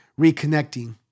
reconnecting